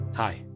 Hi